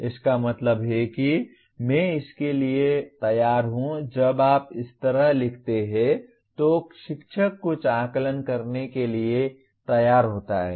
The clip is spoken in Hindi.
इसका मतलब है कि मैं इसके लिए तैयार हूं जब आप इस तरह लिखते हैं तो शिक्षक कुछ आकलन करने के लिए तैयार होता है